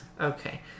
Okay